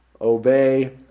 obey